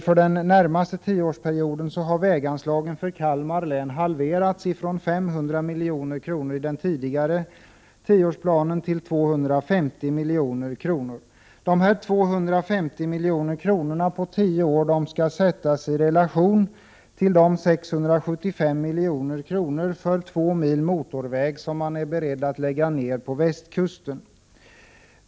För den närmaste tioårsperioden har väganslaget för Kalmar län halverats till 250 milj.kr. från 500 milj.kr. under den tidigare tioårsperioden. Dessa 250 milj.kr. på tio år skall ställas i relation till de 675 milj.kr. som man är beredd att lägga ned på två mil motorväg på västkusten.